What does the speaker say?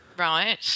Right